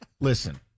Listen